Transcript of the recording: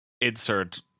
Insert